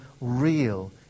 real